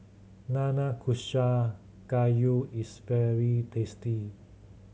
Nanakusa Gayu is very tasty